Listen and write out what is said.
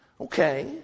Okay